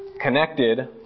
connected